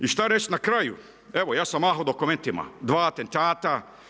I šta reći na kraju, evo ja sam mahao dokumentima, dva atentata.